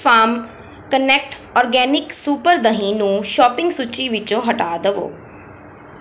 farm connect organic super ਦਹੀਂ ਨੂੰ shopping ਸੂਚੀ ਵਿੱਚੋਂ ਹਟਾ ਦਵੋ